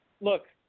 look